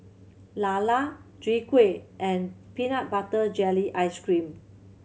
lala Chwee Kueh and peanut butter jelly ice cream